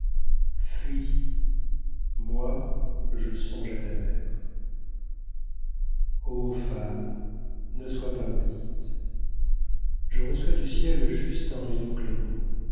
moi je songe à ta mère ô femme ne sois pas maudite je reçois du ciel juste un rayon clément